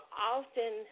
often